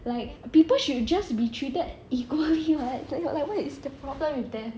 like people should just be treated equally [what] like what is the problem with that